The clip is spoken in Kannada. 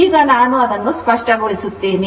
ಈಗ ನಾನು ಅದನ್ನು ಸ್ಪಷ್ಟಗೊಳಿಸುತ್ತೇನೆ